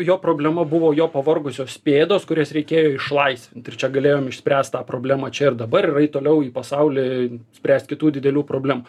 jo problema buvo jo pavargusios pėdos kurias reikėjo išlaisvint ir čia galėjom išspręst tą problemą čia ir dabar ir eit toliau į pasaulį spręst kitų didelių problemų